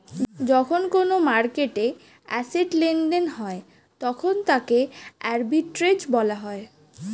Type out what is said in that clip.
যখন কোনো মার্কেটে অ্যাসেট্ লেনদেন হয় তখন তাকে আর্বিট্রেজ বলা হয়